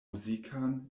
muzikan